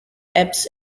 epps